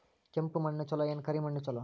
ಕೆಂಪ ಮಣ್ಣ ಛಲೋ ಏನ್ ಕರಿ ಮಣ್ಣ ಛಲೋ?